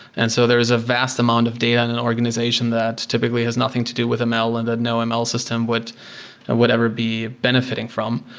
and so there is a vast amount of data in an organization that typically has nothing to do with ml and the no ml system would and would ever be benefiting from.